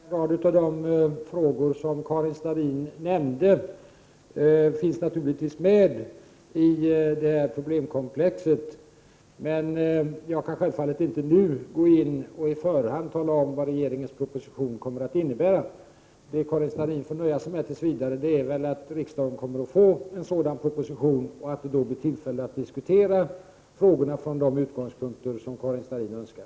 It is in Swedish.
Fru talman! En rad av de frågor som Karin Starrin nämnde finns naturligtvis med i det stora problemkomplexet. Jag kan självfallet inte nu gå in och i förhand tala om vad regeringens proposition kommer att innehålla. Karin Starrin får tills vidare nöja sig med att riksdagen kommer att få en proposition och att det då blir tillfälle att diskutera frågorna från de utgångspunkter som Karin Starrin önskar.